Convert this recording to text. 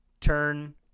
turn